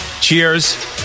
cheers